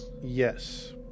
Yes